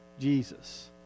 Jesus